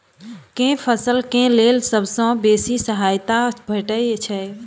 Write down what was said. केँ फसल केँ लेल सबसँ बेसी सहायता भेटय छै?